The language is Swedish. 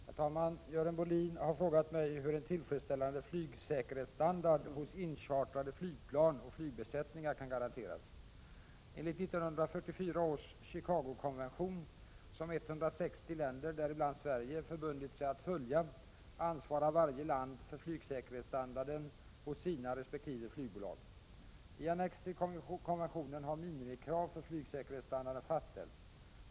Herr talman! Görel Bohlin har frågat mig om hur en tillfredsställande flygsäkerhetsstandard hos inchartrade flygplan och flygbesättningar kan garanteras. Enligt 1944 års Chicago-konvention som 160 länder, däribland Sverige, förbundit sig att följa, ansvarar varje land för flygsäkerhetsstandarden hos sina resp. flygbolag. I annex till konventionen har minimikrav för flygsäkerhetsstandarden fastställts.